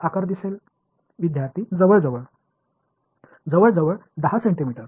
மாணவர் கிட்டத்தட்ட ஏறக்குறைய 10 சென்டிமீட்டர்